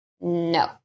no